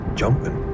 jumping